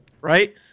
right